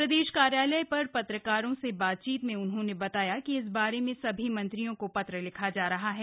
प्रदेश कार्यालय पर पत्रकारों से बातचीत में उन्होंने बताया कि इस बारे में सभी मंत्रियों को पत्र लिखा जा रहा है